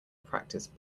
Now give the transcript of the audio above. practice